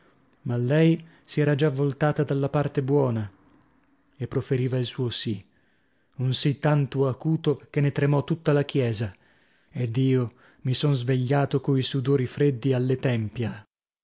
ma lei si era già voltata dalla parte buona e proferiva il suo sì un sì tanto acuto che ne tremò tutta la chiesa ed io mi sono svegliato coi sudori freddi alle tempia